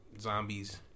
zombies